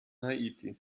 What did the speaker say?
haiti